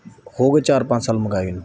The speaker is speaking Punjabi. ਹੋ ਗਏ ਚਾਰ ਪੰਜ ਸਾਲ ਮੰਗਵਾਏ ਨੂੰ